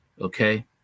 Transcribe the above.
Okay